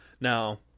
Now